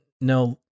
No